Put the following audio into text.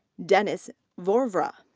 dennis vovra.